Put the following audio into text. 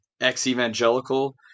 ex-evangelical